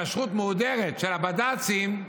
כשרות מהודרת של הבד"צים,